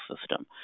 system